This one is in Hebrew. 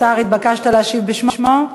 השר, התבקשת להשיב בשמו?